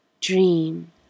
dream